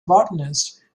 botanist